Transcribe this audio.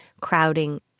crowding